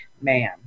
man